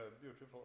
beautiful